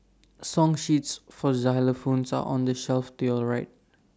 song sheets for xylophones are on the shelf to your right